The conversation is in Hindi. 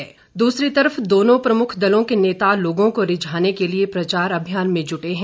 प्रचार दूसरी तरफ दोनों प्रमुख दलों के नेता लोगों को रिझाने के लिए प्रचार अभियान में जुटे हैं